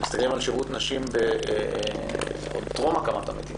כשאנחנו מסתכלים על שירות נשים עוד טרום הקמת המדינה,